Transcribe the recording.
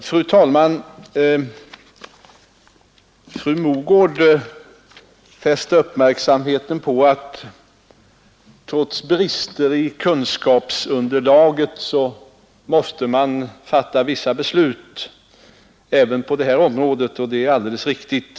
Fru talman! Fru Mogård fäste uppmärksamheten på att man trots trots brister i kunskapsunderlaget ändå måste fatta vissa beslut även på detta område. Det är alldeles riktigt.